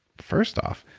first off,